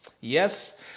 Yes